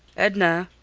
edna!